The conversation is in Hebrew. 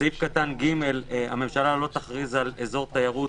בסעיף קטן (ג): הממשלה לא תכריז על אזור תיירות